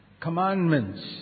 commandments